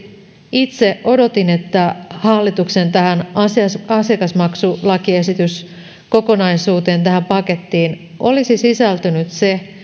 itse odotin että hallituksen asiakasmaksulakiesityskokonaisuuteen tähän pakettiin olisi sisältynyt se